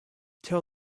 tell